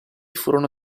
furono